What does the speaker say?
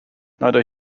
neither